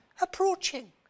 approaching